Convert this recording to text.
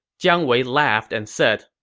jiang wei laughed and said,